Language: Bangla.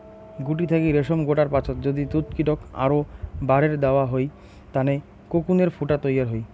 গুটি থাকি রেশম গোটার পাচত যদি তুতকীটক আরও বারের দ্যাওয়া হয় তানে কোকুনের ফুটা তৈয়ার হই